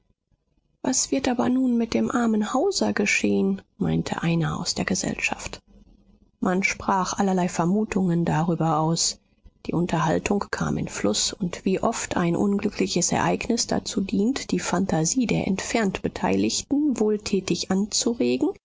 was wird aber nun mit dem armen hauser geschehen meinte einer aus der gesellschaft man sprach allerlei vermutungen darüber aus die unterhaltung kam in fluß und wie oft ein unglückliches ereignis dazu dient die phantasie der entfernt beteiligten wohltätig anzuregen